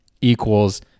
equals